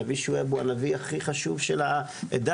הנביא שועייב הוא הנביא הכי חשוב של העדה,